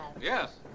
Yes